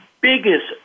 biggest